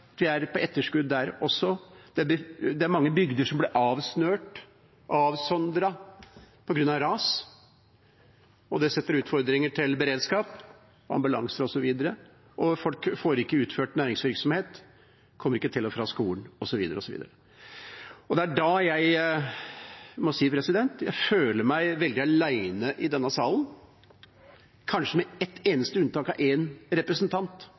vi er på etterskudd der også. Det er mange bygder som blir avsnørt, avsondret, på grunn av ras. Det gir utfordringer til beredskap – ambulanser osv. – folk får ikke utført næringsvirksomhet, og man kommer seg ikke til og fra skolen osv. Det er da jeg må si at jeg føler meg veldig alene i denne salen, kanskje med ett eneste unntak av én representant,